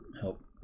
help